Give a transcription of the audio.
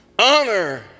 Honor